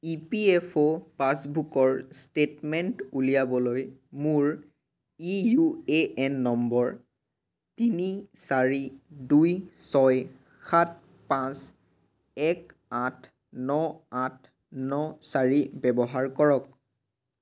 ই P F O পাছবুকৰ statement উলিয়াবলৈ মোৰ ইউ এ এন নম্বৰ তিনি চাৰি দুই ছয় সাত পাঁচ এক আঠ ন আঠ ন চাৰি ব্যৱহাৰ কৰক